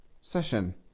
session